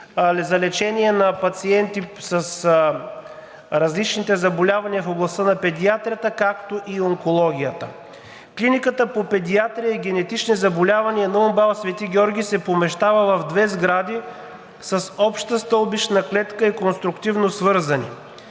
за лечение на пациенти с различните заболявания в областта на педиатрията, както и на онкологията. Клиниката по педиатрия и генетични заболявания на УМБАЛ „Свети Георги“ се помещава в две сгради с обща стълбищна клетка и конструктивно свързани.